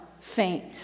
faint